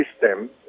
system